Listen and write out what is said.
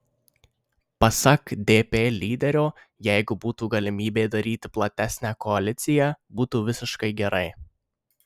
pasak dp lyderio jeigu būtų galimybė daryti platesnę koaliciją būtų visiškai gerai